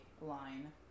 line